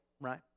right